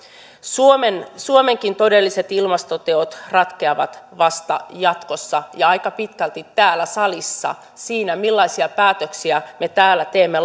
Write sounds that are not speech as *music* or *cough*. suomenkin todelliset ilmastoteot ratkeavat vasta jatkossa ja aika pitkälti täällä salissa siinä millaisia päätöksiä me täällä teemme *unintelligible*